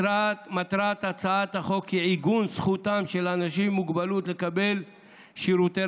מטרת הצעת החוק היא עיגון זכותם של אנשים עם מוגבלות לקבל שירותי